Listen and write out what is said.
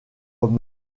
comme